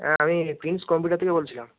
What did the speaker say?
হ্যাঁ আমি Prince computer থেকে বলছিলাম